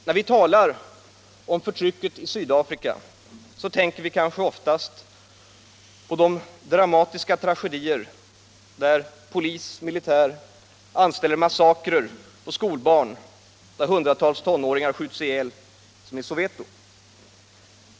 När vi talar om förtrycket i Sydafrika, så tänker vi kanske oftast på dramatiska tragedier där polis och militär anställer massakrer på skolbarn och där hundratals tonåringar skjuts ihjäl som i Soweto.